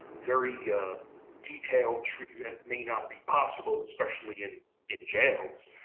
very detailed treatment may not be possible, especially in in jails,